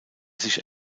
sich